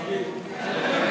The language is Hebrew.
לתמיד.